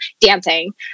dancing